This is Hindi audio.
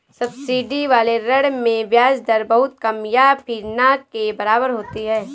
सब्सिडी वाले ऋण में ब्याज दर बहुत कम या फिर ना के बराबर होती है